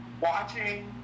Watching